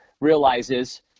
realizes